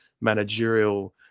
managerial